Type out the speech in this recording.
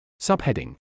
Subheading